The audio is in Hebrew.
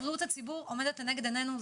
הציבור עומדת לנגד עינינו.